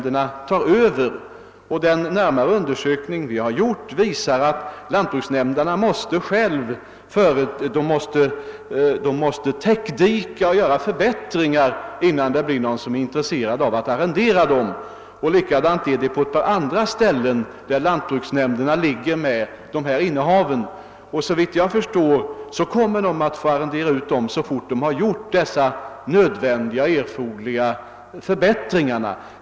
En närmare undersökning som vi har gjort visar att lantbruksnämnderna själva måste täckdika och utföra förbättringar innan någon blir intresserad av att arrendera dessa gårdar. Det är likadant på några andra ställen där lantbruksnämnderna har en del gårdar. Såvitt jag förstår kommer lantbruksnämnderna att arrendera ut dessa gårdar så fort de vidtagit erforderliga förbättringar.